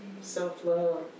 Self-love